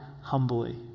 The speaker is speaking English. humbly